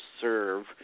serve